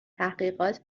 تحقیقات